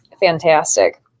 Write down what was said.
Fantastic